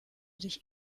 dich